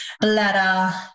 bladder